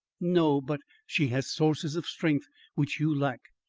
no, but she has sources of strength which you lack.